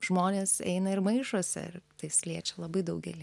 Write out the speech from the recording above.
žmonės eina ir maišosi ir tai liečia labai daugelį